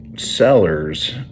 Sellers